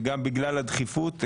וגם בגלל הדחיפות,